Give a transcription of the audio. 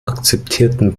akzeptierten